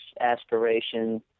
aspiration